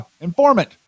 informant